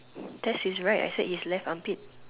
that's his right I said his left armpit